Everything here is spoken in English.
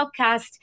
podcast